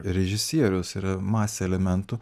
režisierius yra masė elementų